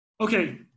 Okay